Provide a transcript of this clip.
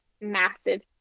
massive